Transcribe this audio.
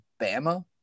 Bama